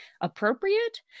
appropriate